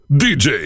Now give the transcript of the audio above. dj